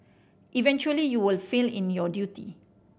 eventually you will fail in your duty